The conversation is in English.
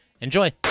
Enjoy